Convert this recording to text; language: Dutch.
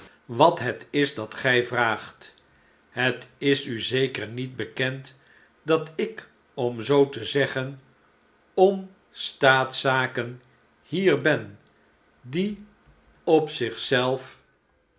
wat het is dat g vraagt het is u zeker niet bekend dat ik om zoo te zeggen om staatszaken hier ben die op